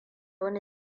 wani